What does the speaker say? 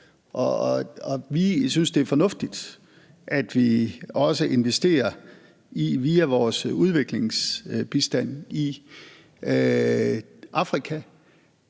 Vi synes, det er fornuftigt, at vi også investerer via vores udviklingsbistand i Afrika,